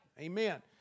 amen